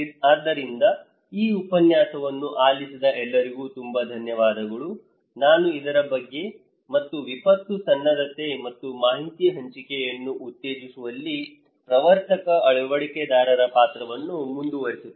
ಆದ್ದರಿಂದ ಈ ಉಪನ್ಯಾಸವನ್ನು ಆಲಿಸಿದ ಎಲ್ಲರಿಗೂ ತುಂಬಾ ಧನ್ಯವಾದಗಳು ನಾನು ಇದರ ಬಗ್ಗೆ ಮತ್ತು ವಿಪತ್ತು ಸನ್ನದ್ಧತೆ ಮತ್ತು ಮಾಹಿತಿ ಹಂಚಿಕೆಯನ್ನು ಉತ್ತೇಜಿಸುವಲ್ಲಿ ಪ್ರವರ್ತಕ ಅಳವಡಿಕೆದಾರರ ಪಾತ್ರವನ್ನು ಮುಂದುವರಿಸುತ್ತೇನೆ